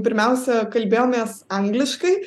pirmiausia kalbėjomės angliškai